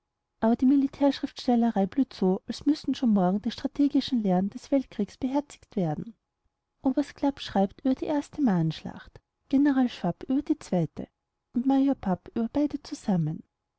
aber die militärschriftstellerei blüht so als müßten schon morgen die strategischen lehren des weltkrieges beherzigt werden oberst klapp schreibt über die erste marneschlacht general schwapp über die zweite und major papp über beide zusammen